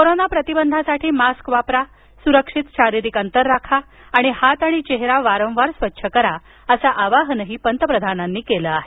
corona प्रतिबंधासाठी mask वापरा सुरक्षित शारीरिक अंतर राखा आणि हात आणि चेहरा वारंवार स्वच्छ करा असं आवाहनही पंतप्रधानांनी केलं आहे